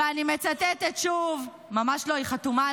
ואני מצטטת שוב --- שחררי אותה, היא לא פה.